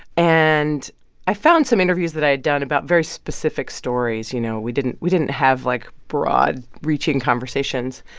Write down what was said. and i found some interviews that i had done about very specific stories, you know? we didn't we didn't have, like, broad-reaching conversations.